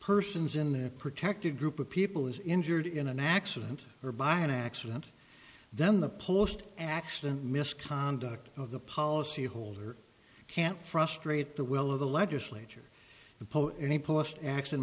persons in their protected group of people is injured in an accident or by accident then the post accident misconduct of the policy holder can't frustrate the will of the legislature